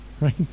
right